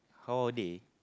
how are they